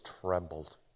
trembled